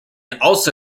also